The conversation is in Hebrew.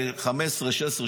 2016,